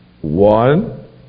one